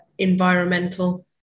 environmental